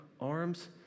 arms